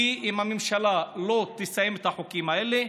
ואם הממשלה לא תסיים את החוקים האלה,